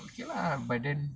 okay lah but then